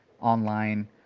online